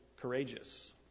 courageous